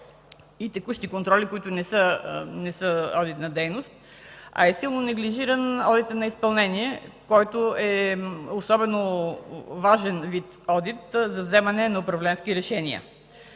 и текущи контроли, които не са одитна дейност. Силно неглижиран е одитът на изпълнение, който е особено важен вид одит за вземане на управленски решения.